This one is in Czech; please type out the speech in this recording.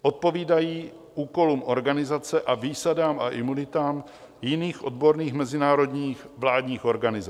Odpovídají úkolům organizace a výsadám a imunitám jiných odborných mezinárodních vládních organizací.